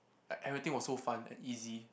like everything was so fun and easy